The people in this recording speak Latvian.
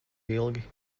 ilgi